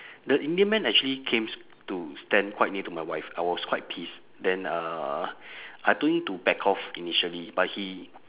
the indian man actually came to stand quite near to my wife I was quite pissed then uh I told him to back off initially but he